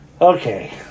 Okay